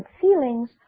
feelings